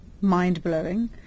mind-blowing